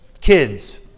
kids